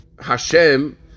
Hashem